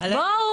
בואו,